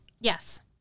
Yes